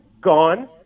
Gone